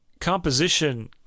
Composition